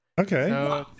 Okay